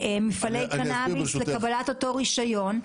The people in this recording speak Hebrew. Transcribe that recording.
מפעלי קנאביס לקבלת אותו רישיון,